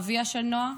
אביה של נועה.